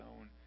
own